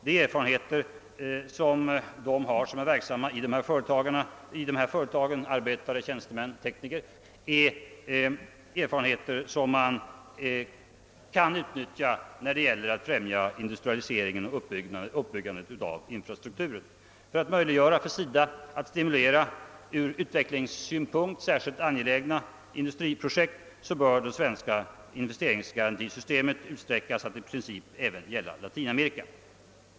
De erfarenheter som de inom dessa företag arbetande tjänstemännen och teknikerna har lär kunna utnyttjas när det gäller att främja industrialiseringen och uppbyggandet av infrastrukturen. För att möjliggöra för SIDA att stimulera från utvecklingssynpunkt särskilt angelägna industriprojekt bör det svenska investerings garantisystemet utsträckas till att i princip även gälla Latinamerika.